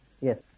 Yes